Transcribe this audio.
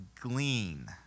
glean